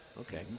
Okay